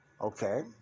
Okay